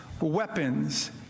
weapons